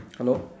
hello